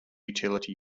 utility